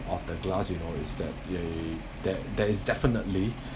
of the glass you know is that ther~ there is definitely